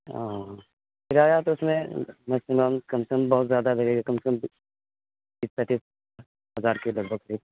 ہاں کرایہ تو اس میں میکسمم کم سے کم بہت زیادہ لگے گا کم سے کم تیس پینتیس ہزار کے لگ بھگ تو